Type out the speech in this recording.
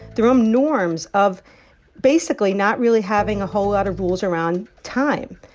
their own norms of basically not really having a whole lot of rules around time.